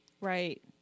right